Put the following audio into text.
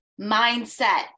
mindset